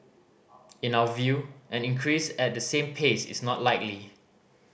in our view an increase at the same pace is not likely